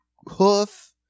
hoof